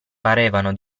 parevano